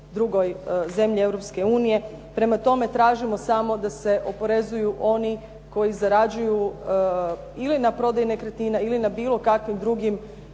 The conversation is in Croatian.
Europske unije. Prema tome tražimo samo da se oporezuju oni koji zarađuju ili na prodaji nekretnina ili na bilo kakvim drugim